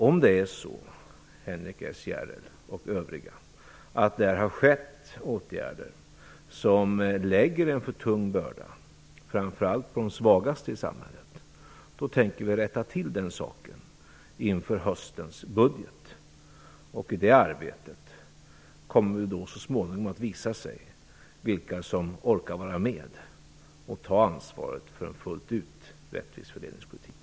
Om det är så, Henrik S Järrel och övriga, att det har vidtagits åtgärder som lägger en för tung börda på framför allt de svagaste i samhället, tänker vi rätta till den saken inför höstens budget. I det arbetet kommer det så småningom att visa sig vilka som orkar vara med och ta ansvaret fullt ut för en rättvis fördelningspolitik.